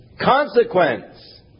consequence